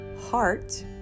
heart